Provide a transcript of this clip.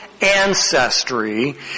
ancestry